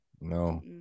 No